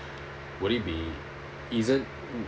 will it be isn't